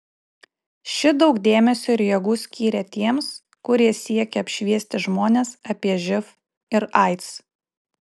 ši daug dėmesio ir jėgų skyrė tiems kurie siekia apšviesti žmones apie živ ir aids